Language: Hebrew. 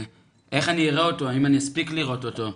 איך אני אראה אותו, האם אני אספיק לראות אותו?